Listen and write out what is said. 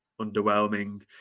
underwhelming